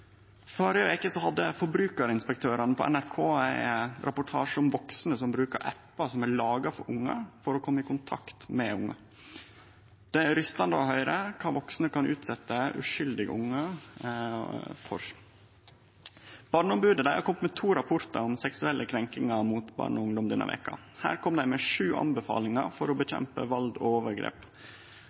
Førre veke hadde Forbrukerinspektørene på NRK ein reportasje om vaksne som brukar appar som er laga for ungar, for å kome i kontakt med ungar. Det er rystande å høyre kva vaksne kan utsetje uskyldige ungar for. Barneombodet har kome med to rapportar om seksuelle krenkingar mot barn og ungdom denne veka. Her kjem dei med sju anbefalingar for å kjempe mot vald og overgrep